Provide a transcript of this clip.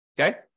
Okay